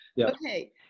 Okay